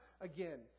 again